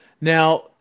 Now